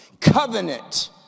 Covenant